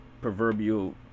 proverbial